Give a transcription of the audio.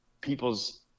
people's